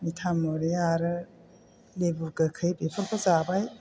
मिथामुरि आरो लेबु गोखै बेफोरखौ जाबाय